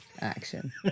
action